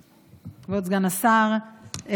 השר,